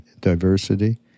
diversity